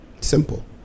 Simple